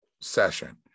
session